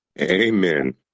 Amen